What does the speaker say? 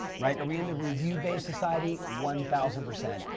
right, are we in the review based society? one thousand percent.